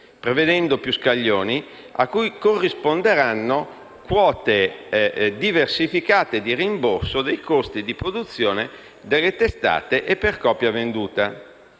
prevedendo più scaglioni cui corrisponderanno quote diversificate di rimborso dei costi di produzione della testata e per copia venduta,